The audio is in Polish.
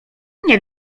nie